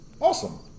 awesome